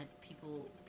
people